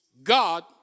God